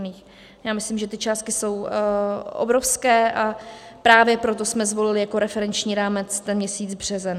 Já myslím, že ty částky jsou obrovské, a právě proto jsme zvolili jako referenční rámec ten měsíc březen.